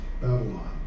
Babylon